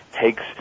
takes